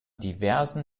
diversen